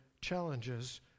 challenges